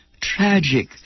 tragic